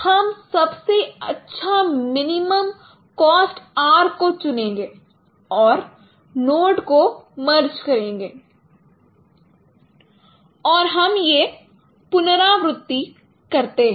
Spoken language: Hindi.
हम सबसे अच्छा मिनिमम कॉस्ट आर्क को चूनेगे और नोड को मर्ज करेंगे और हम यह पुनरावृति करते हैं